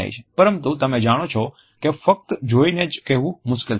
પરંતુ તમે જાણો છો કે ફક્ત જોઈને જ કહેવું મુશ્કેલ થશે